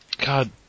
God